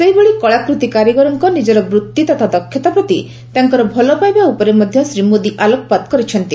ସେହିଭଳି କଳାକୃତି କାରିଗରଙ୍କ ନିଜର ବୁତ୍ତି ତଥା ଦକ୍ଷତା ପ୍ରତି ତାଙ୍କର ଭଲ ପାଇବା ଉପରେ ମଧ୍ୟ ଶ୍ରୀ ମୋଦି ଆଲୋକପାତ କରିଛନ୍ତି